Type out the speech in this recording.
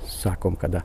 sakom kada